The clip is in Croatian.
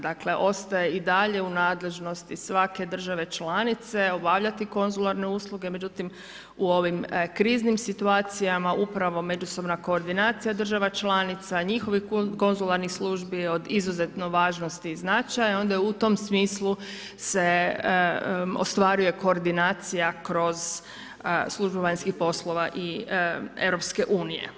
Dakle, ostaje i dalje u nadležnosti svake države članice obavljati konzularne usluge, međutim, u ovim kriznim situacijama upravo međusobna koordinacija država članica, njihovih konzularnih službi je od izuzetne važnosti i značaja, onda u tom smislu se ostvaruje koordinacija kroz službu vanjskih poslova i EU.